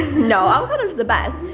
no, avocado's the best.